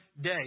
day